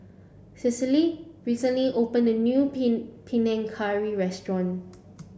Cicely recently opened a new Pin Panang Curry Restaurant